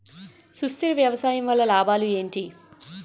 సుస్థిర వ్యవసాయం వల్ల లాభాలు ఏంటి?